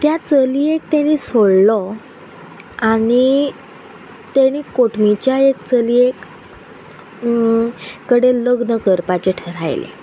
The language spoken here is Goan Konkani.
त्या चलयेक ताणी सोडलो आनी ताणी कोटमीच्या एक चलयेक कडेन लग्न करपाचें थारायले